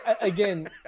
Again